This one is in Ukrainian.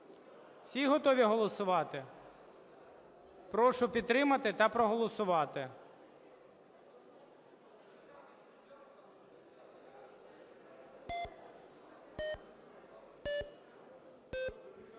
Всі готові голосувати? Прошу підтримати та проголосувати.